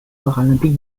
paralympiques